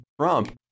Trump